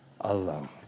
alone